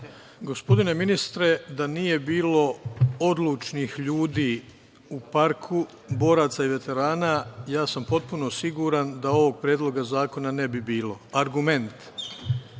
Gospodine ministre, da nije bilo odlučnih ljudi u parku, boraca i veterana, ja sam potpuno siguran da ovog predloga zakona ne bi bilo. Argument